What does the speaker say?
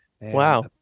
Wow